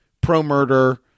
pro-murder